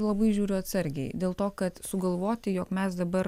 labai žiūriu atsargiai dėl to kad sugalvoti jog mes dabar